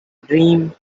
dream